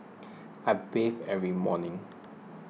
I bathe every morning